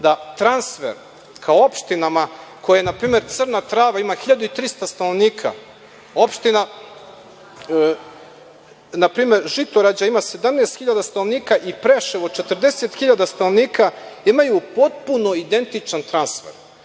da transfer ka opštinama koje kao na primer Crna Trava, koja ima 1.300 stanovnika, opština Žitorađa, koja ima 17.000 stanovnika, i Preševo 40.000 stanovnika imaju potpuno identičan transfer. Da